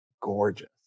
gorgeous